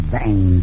Bang